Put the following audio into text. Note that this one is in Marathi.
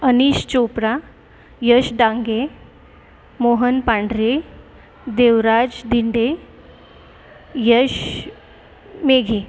अनीश चोपरा यश डांगे मोहन पांढरे देवराज दिंडे यश मेघे